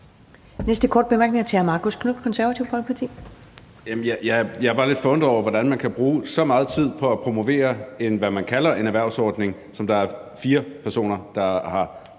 næste korte bemærkning er til hr. Marcus Knuth, Det Konservative Folkeparti. Kl. 14:51 Marcus Knuth (KF): Jeg er bare lidt forundret over, hvordan man kan bruge så meget tid på at promovere, hvad man kalder en erhvervsordning, som der er fire personer der har